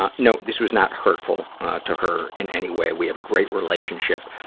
ah no, this was not hurtful to her in any way we have a great relationship,